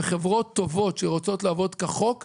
חברות טובות שרוצות לעבוד לפי החוק יישארו.